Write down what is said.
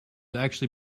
actually